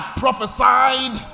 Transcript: prophesied